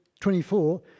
24